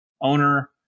owner